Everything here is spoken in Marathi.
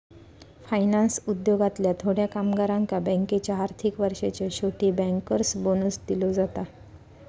फायनान्स उद्योगातल्या थोड्या कामगारांका बँकेच्या आर्थिक वर्षाच्या शेवटी बँकर्स बोनस दिलो जाता